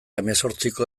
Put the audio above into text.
hemezortziko